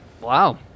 Wow